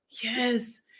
yes